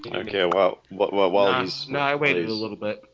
and okay, well, what what was now i waited a little bit